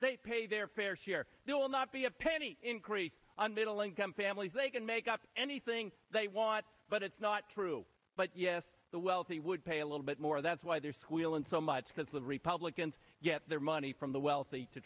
they pay their fair share if you will not be a penny increase on the lincoln family so they can make up anything they want but it's not true but yes the wealthy would pay a little bit more that's why they're squealing so much because the republicans get their money from the wealthy to